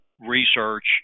research